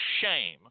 shame